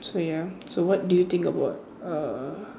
so ya so what do you think about uh